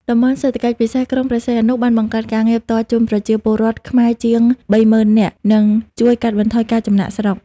តំបន់ សេដ្ឋកិច្ចពិសេសក្រុងព្រះសីហនុបានបង្កើតការងារផ្ទាល់ជូនប្រជាពលរដ្ឋខ្មែរជាង ៣០,០០០ នាក់ និងជួយកាត់បន្ថយការចំណាកស្រុក។